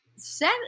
set